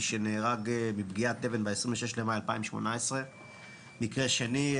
שנהרג מפגיעת אבן ב-26 במאי 2018. מקרה שני,